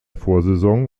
vorsaison